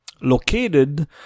located